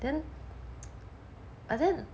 then and then